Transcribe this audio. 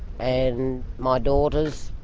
and my daughters,